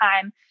time